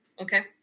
Okay